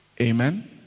Amen